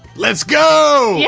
let's go yeah